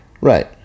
Right